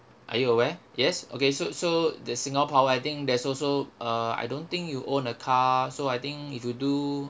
are you aware yes okay so so the singapore power I think there's also uh I don't think you own a car so I think if you do